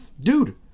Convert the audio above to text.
Dude